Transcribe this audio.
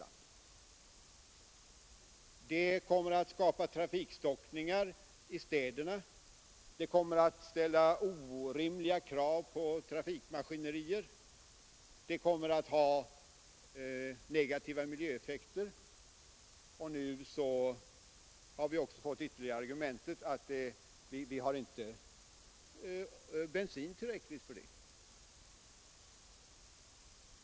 Det skulle komma att skapa trafikstockningar i städerna, ställa orimliga krav på trafikmaskineriet, vålla negativa miljöeffekter, och nu har vi fått ytterligare det argumentet, att vi inte har tillräckligt med bensin för det.